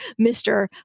Mr